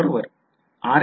बरोबर